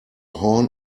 horn